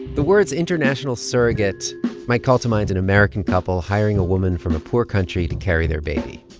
the words international surrogate might call to mind an american couple hiring a woman from a poor country to carry their baby.